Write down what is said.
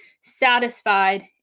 satisfied